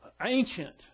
ancient